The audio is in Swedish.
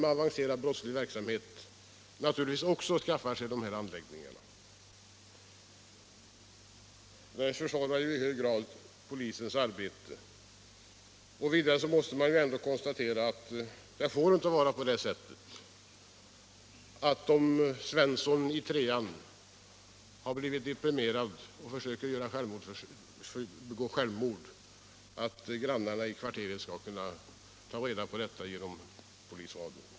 Enligt uppgifter från polisen är det tydligen så, som också justitieministern själv säger, att det är svårt att bedriva brottsbekämpning och spaning beroende på att naturligtvis även de människor som sysslar med avancerad brottslig verksamhet skaffar sig sådan här utrustning. Det försvårar i hög grad polisens arbete.